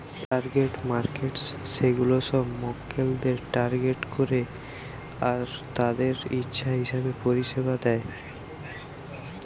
target markets সেগুলা সব মক্কেলদের টার্গেট করে আর তাদের ইচ্ছা হিসাবে পরিষেবা দেয়